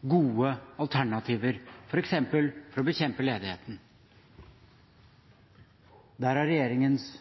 gode alternativer f.eks. for å bekjempe ledigheten. Der har regjeringens